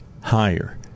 higher